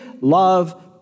love